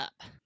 up